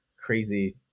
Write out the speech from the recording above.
crazy